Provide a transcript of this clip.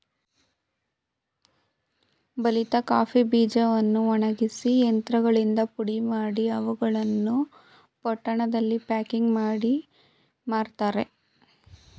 ಬಲಿತ ಕಾಫಿ ಬೀಜಗಳನ್ನು ಒಣಗಿಸಿ ಯಂತ್ರಗಳಿಂದ ಪುಡಿಮಾಡಿ, ಅವುಗಳನ್ನು ಪೊಟ್ಟಣಗಳಲ್ಲಿ ಪ್ಯಾಕಿಂಗ್ ಮಾಡಿ ಮಾರ್ತರೆ